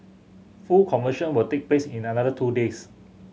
full conversion will take place in another two days